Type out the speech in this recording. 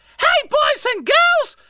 hey boys and girls.